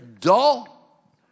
dull